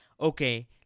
okay